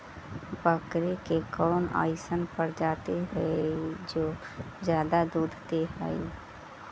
बकरी के कौन अइसन प्रजाति हई जो ज्यादा दूध दे हई?